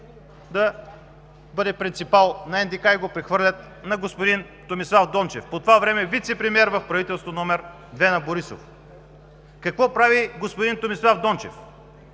да бъде принципал на НДК и го прехвърлят на господин Томислав Дончев – по това време вицепремиер в правителство № 2 на Борисов. Какво прави господин Томислав Дончев?